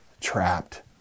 trapped